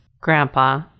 grandpa